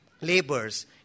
labors